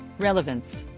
relevance.